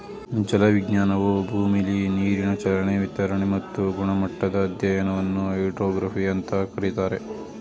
ಜಲವಿಜ್ಞಾನವು ಭೂಮಿಲಿ ನೀರಿನ ಚಲನೆ ವಿತರಣೆ ಮತ್ತು ಗುಣಮಟ್ಟದ ಅಧ್ಯಯನವನ್ನು ಹೈಡ್ರೋಗ್ರಫಿ ಅಂತ ಕರೀತಾರೆ